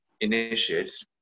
initiates